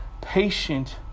patient